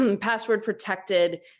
password-protected